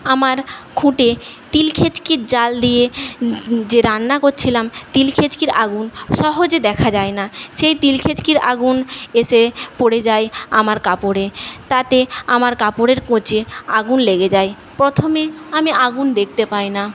আমার খুঁটে তিলখেঁচকির জাল দিয়ে যে রান্না করছিলাম তিলখেঁচকির আগুন সহজে দেখা যায় না সেই তিলখেঁচকির আগুন এসে পড়ে যায় আমার কাপড়ে তাতে আমার কাপড়ের কোঁচে আগুন লেগে যায় প্রথমে আমি আগুন দেখতে পাই না